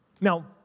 Now